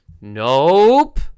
nope